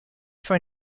for